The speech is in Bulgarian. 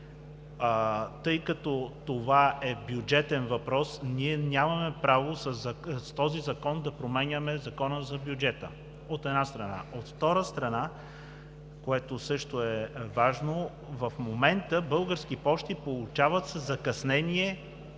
Тъй като това е бюджетен въпрос, ние нямаме право с този закон да променяме Закона за бюджета. От втора страна, което също е важно, в момента Български пощи получават със закъснение